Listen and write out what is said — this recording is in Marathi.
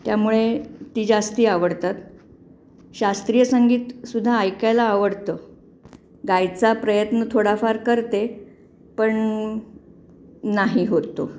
त्यामुळे ती जास्त आवडतात शास्त्रीय संगीत सुद्धा ऐकायला आवडतं गायचा प्रयत्न थोडाफार करते पण नाही होत तो